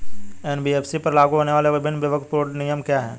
NBFC पर लागू होने वाले विभिन्न विवेकपूर्ण नियम क्या हैं?